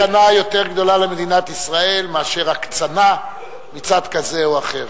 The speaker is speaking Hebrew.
אין סכנה יותר גדולה למדינת ישראל מאשר הקצנה מצד כזה או אחר.